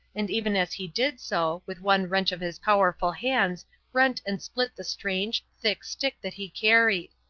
and even as he did so, with one wrench of his powerful hands rent and split the strange, thick stick that he carried.